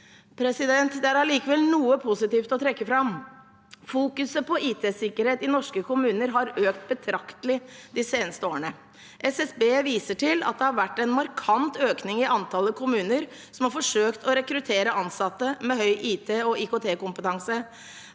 Det er allikevel noe positivt å trekke fram. Fokuset på IT-sikkerhet i norske kommuner har økt betraktelig de seneste årene. SSB viser til at det har vært en markant økning i antallet kommuner som har forsøkt å rekruttere ansatte med høy IT- og IKT-kompetanse.